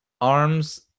arms